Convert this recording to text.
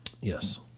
Yes